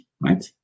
right